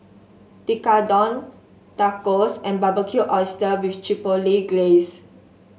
Tekkadon Tacos and Barbecued Oysters with Chipotle Glaze